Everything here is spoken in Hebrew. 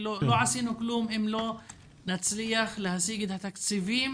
לא עשינו כלום אם לא נצליח להשיג את התקציבים